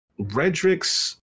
Redrick's